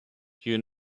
you